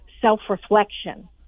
self-reflection